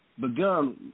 begun